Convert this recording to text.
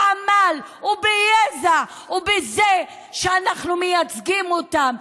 בעמל, ביזע ובזה שאנחנו מייצגים אותם.